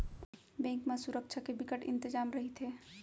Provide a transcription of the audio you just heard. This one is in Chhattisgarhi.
बेंक म सुरक्छा के बिकट इंतजाम रहिथे